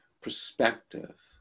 perspective